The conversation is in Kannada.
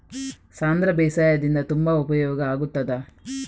ಸಾಂಧ್ರ ಬೇಸಾಯದಿಂದ ತುಂಬಾ ಉಪಯೋಗ ಆಗುತ್ತದಾ?